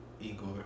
Igor